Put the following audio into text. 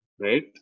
Right